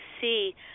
see